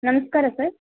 ನಮಸ್ಕಾರ ಸರ್